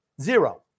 Zero